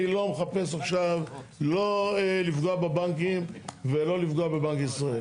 אני לא מחפש עכשיו לא לפגוע בבנקים ולא לפגוע בבנק ישראל.